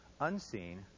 unseen